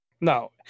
No